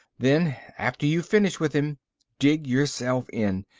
then after you finish with him dig yourself in.